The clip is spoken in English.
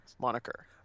moniker